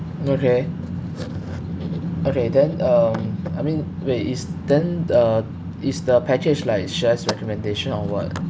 okay okay then um I mean wait is then the is the package like chef's recommendation or what